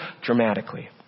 dramatically